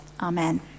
Amen